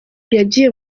yagiye